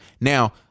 now